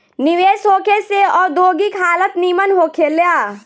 निवेश होखे से औद्योगिक हालत निमन होखे ला